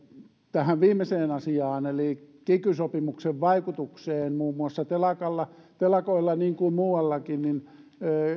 tähän viimeiseen asiaan eli kiky sopimuksen vaikutukseen muun muassa telakoilla telakoilla niin kuin muuallakin